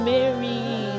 Mary